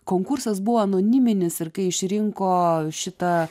konkursas buvo anoniminis ir kai išrinko šitą